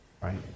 right